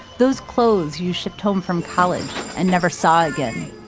those clothes you shipped home from college and never saw again,